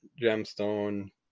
gemstone